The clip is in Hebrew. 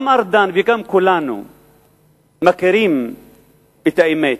גם ארדן וגם כולם מכירים את האמת,